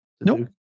Nope